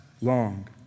long